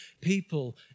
people